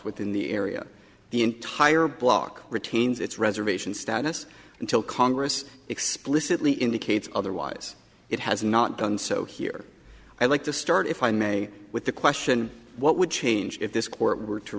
within the area the entire block retains its reservation status until congress explicitly indicates otherwise it has not done so here i like to start if i may with the question what would change if this court were to